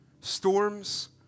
Storms